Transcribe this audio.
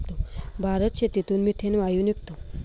भातशेतीतून मिथेन वायू निघतो